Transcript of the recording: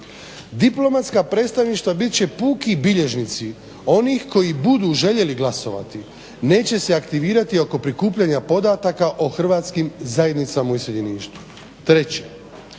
diplomatsko predstavništva bit će puki bilježnici onih koji budu željeli glasovati. Neće se aktivirati oko prikupljanja podataka o hrvatskim zajednicama u iseljeništvu.